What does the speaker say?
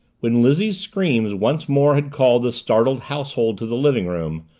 when lizzie's screams once more had called the startled household to the living-room,